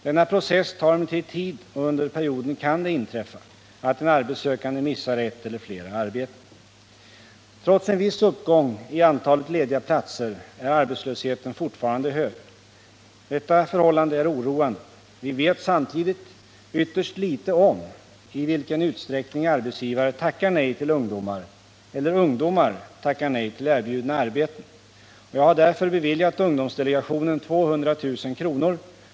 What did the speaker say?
Denna process tar emellertid tid, och under perioden kan det inträffa att den arbetssökande missar ett eller flera arbeten. Trots en viss uppgång i antalet lediga platser är arbetslösheten fortfarande hög. Detta förhållande är oroande. Vi vet samtidigt ytterst litet om i vilken utsträckning arbetsgivare tackar nej till ungdomar eller ungdomar tackar nej till erbjudna arbeten. Jag har därför beviljat ungdomsdelegationen 200 000 kr.